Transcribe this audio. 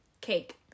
Cake